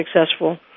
successful